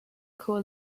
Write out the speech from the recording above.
call